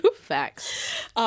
Facts